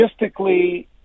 logistically